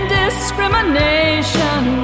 discrimination